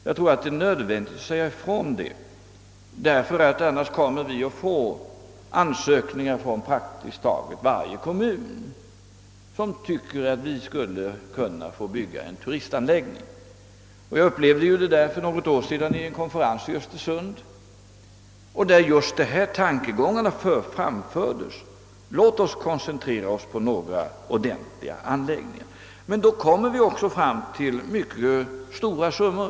Jag tror att det är nödvändigt att säga ifrån detta, ty annars kommer vi att få ansökningar från praktiskt taget varje kommun som vill bygga en turistanläggning. Vid en konferens för något år sedan i Östersund framfördes just den tankegången, att vi skall koncentrera oss på några få ordentliga anläggningar. Men då kommer vi också fram till mycket stora summor.